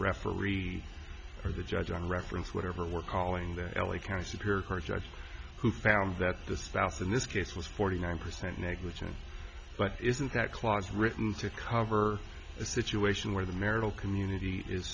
referee or the judge on reference whatever we're calling the l a county superior court judge who found that the spouse in this case was forty nine percent negligent but isn't that clause written to cover a situation where the marital community is